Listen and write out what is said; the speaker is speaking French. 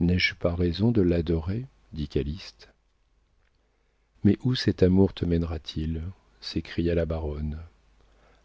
n'ai-je pas raison de l'adorer dit calyste mais où cet amour te mènera t il s'écria la baronne